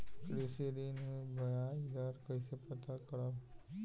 कृषि ऋण में बयाज दर कइसे पता करब?